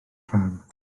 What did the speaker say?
fferm